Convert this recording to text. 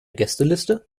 gästeliste